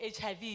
HIV